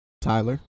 Tyler